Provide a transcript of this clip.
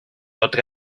otra